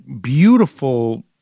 beautiful